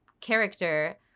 character